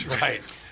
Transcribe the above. Right